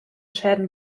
schäden